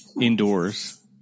indoors